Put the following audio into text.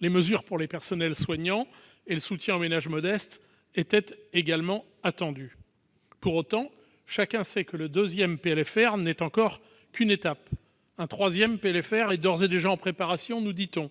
Les mesures pour le personnel soignant et le soutien aux ménages modestes étaient également attendues. Pour autant, chacun sait que le deuxième PLFR n'est encore qu'une étape ; un troisième projet est d'ores et déjà en préparation, nous dit-on.